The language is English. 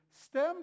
stems